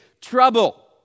trouble